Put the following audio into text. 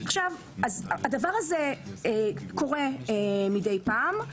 הדבר הזה קורה מדי פעם,